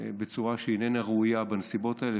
בצורה שאיננה ראויה בנסיבות האלה,